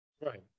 right